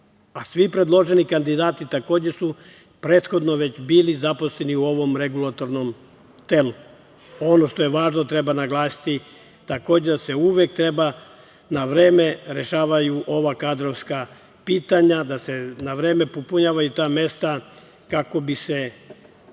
a svi predloženi kandidati takođe su prethodno već bili zaposleni u ovom regulatornom telu. Ono što je važno i treba naglasiti, takođe, da uvek treba na vreme rešavati ova kadrovska pitanja, da se na vreme popunjavaju ta mesta, kako ne